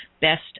Best